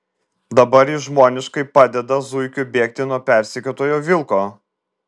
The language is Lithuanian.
dabar jis žmoniškai padeda zuikiui bėgti nuo persekiotojo vilko